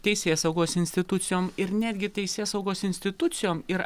teisėsaugos institucijom ir netgi teisėsaugos institucijom ir